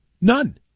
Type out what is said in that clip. None